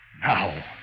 Now